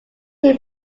two